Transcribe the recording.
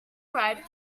arrive